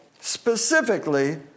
specifically